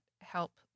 help